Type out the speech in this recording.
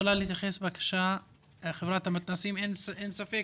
אין ספק